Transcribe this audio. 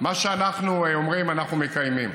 מה שאנחנו אומרים, אנחנו מקיימים.